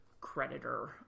creditor